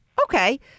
okay